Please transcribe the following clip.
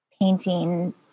painting